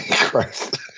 Christ